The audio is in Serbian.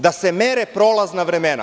Da se mere prolazna vremena.